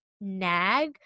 nag